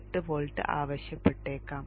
8 volt ആവശ്യപ്പെട്ടേക്കാം